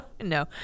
no